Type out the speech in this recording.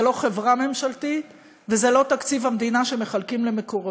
זה לא חברה ממשלתית וזה לא תקציב המדינה שמחלקים למקורבים.